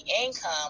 income